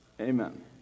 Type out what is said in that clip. Amen